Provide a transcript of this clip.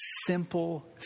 simple